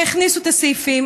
והכניסו את הסעיפים.